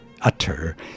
utter